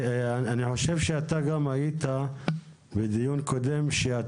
אני חושב שאתה גם היית בדיון קודם שבו